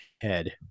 head